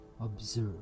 Observe